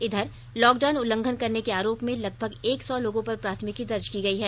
इधर लॉकडाउन उल्लंघन करने के आरोप में लगभग एक सौ लोगों पर प्राथमिकी दर्ज की गई है